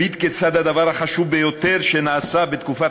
ומביט כיצד הדבר החשוב ביותר שנעשה בתקופת